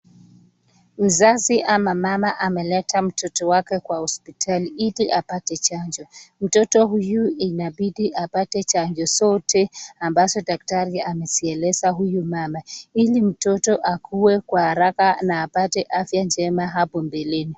Mzazi ama mama ameleta mtoto wake kwa hospitali eti apate chanjo. Mtoto huyu inabidi apate chanjo zote ambazo daktari amezieleza huyu mama, ili mtoto akuwe kwa haraka na apate afya njema hapo mbeleni.